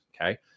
Okay